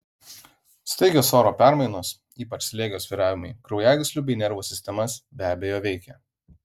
staigios oro permainos ypač slėgio svyravimai kraujagyslių bei nervų sistemas be abejo veikia